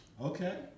okay